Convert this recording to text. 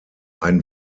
ein